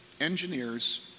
engineers